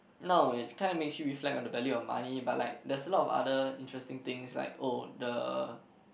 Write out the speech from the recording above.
no it kind of makes you reflect on the value of money but like there's a lot of other interesting things like oh the